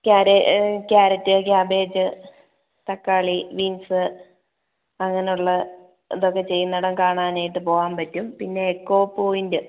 കാര carrot cabbage തക്കാളി beans അങ്ങനെ ഉള്ള ഇതൊക്കെ ചെയ്യുന്നിടം കാണാനായിട്ട് പോവാൻ പറ്റും പിന്നെ എക്കോ പോയിന്റ്